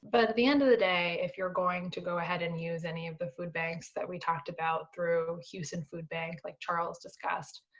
but at the end of the day, if you're going to go ahead and use any of the food banks that we talked about through houston food bank like charles discussed,